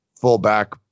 fullback